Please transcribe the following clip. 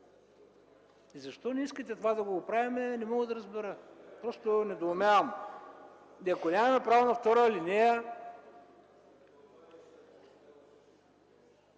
е? Защо не искате да оправим това, не мога да разбера? Просто недоумявам! И ако нямаме право на втора алинея...?!